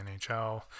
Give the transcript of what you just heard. NHL